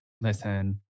listen